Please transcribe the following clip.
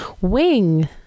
Wing